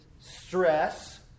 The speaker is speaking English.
stress